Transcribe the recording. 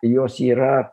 jos yra